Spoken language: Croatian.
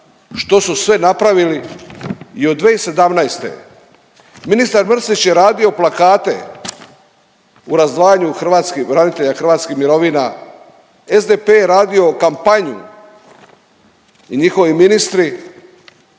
što su sve napravili i od 2017. Ministar Mrsić je radio plakate u razdvajanju hrvatskih branitelja, hrvatskih mirovina. SDP je radio kampanju i njihovi ministri